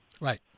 Right